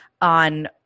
on